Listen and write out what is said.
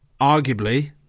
arguably